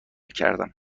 کردم